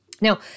Now